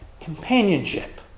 companionship